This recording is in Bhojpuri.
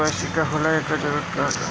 के.वाइ.सी का होला एकर जरूरत का होला?